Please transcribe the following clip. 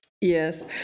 Yes